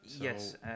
Yes